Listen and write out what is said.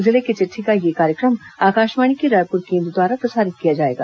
जिले की चिट्ठी का यह कार्यक्रम आकाशवाणी के रायपुर केंद्र द्वारा प्रसारित किया जाएगा